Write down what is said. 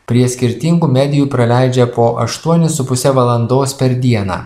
prie skirtingų medijų praleidžia po aštuonis su puse valandos per dieną